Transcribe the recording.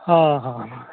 हँ हँ